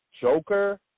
Joker